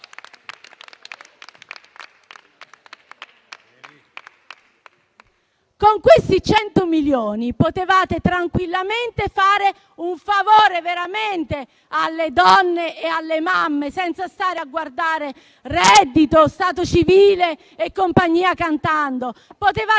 Con questi 100 milioni potevate veramente fare un favore alle donne e alle mamme, senza stare a guardare reddito, stato civile e compagnia cantando. Potevate